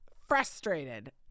frustrated